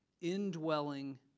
indwelling